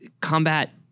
combat